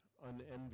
unenviable